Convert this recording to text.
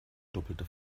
doppelter